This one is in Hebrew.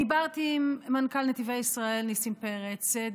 דיברתי עם מנכ"ל נתיבי ישראל ניסים פרץ,